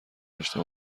داشته